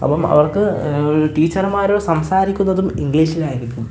അപ്പം അവർക്ക് ടീച്ചർമാര് സംസാരിക്കുന്നതും ഇംഗ്ലീഷിലായിരിക്കും